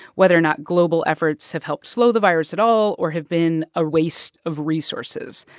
whether or not global efforts have helped slow the virus at all or have been a waste of resources.